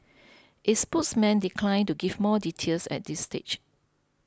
its spokesman declined to give more details at this stage